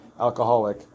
alcoholic